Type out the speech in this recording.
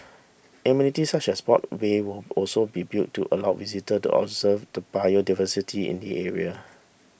amenities such as boardwalks will also be built to allow visitors to observe the biodiversity in the area